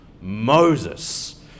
moses